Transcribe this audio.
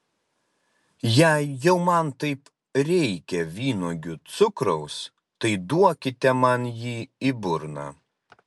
jei jau man taip reikia vynuogių cukraus tai duokite man jį į burną